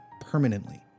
permanently